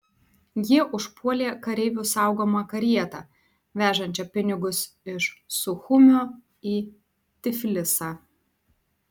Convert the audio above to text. jie užpuolė kareivių saugomą karietą vežančią pinigus iš suchumio į tiflisą